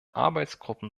arbeitsgruppen